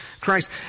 Christ